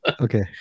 okay